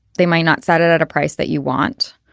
they might not set it at a price that you want.